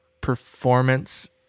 performance